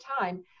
time